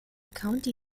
county